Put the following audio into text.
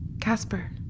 Casper